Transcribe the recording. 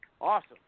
Awesome